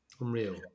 unreal